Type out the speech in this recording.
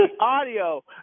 audio